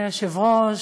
אדוני היושב-ראש,